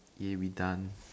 in done